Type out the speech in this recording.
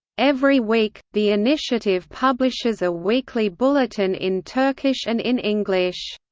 every week, the initiative publishes a weekly bulletin in turkish and in english.